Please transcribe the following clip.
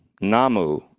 namu